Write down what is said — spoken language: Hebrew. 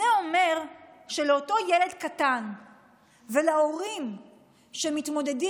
זה אומר שלאותו ילד קטן ולהורים שמתמודדים